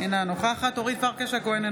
אינה נוכחת אורית פרקש הכהן,